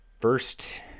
first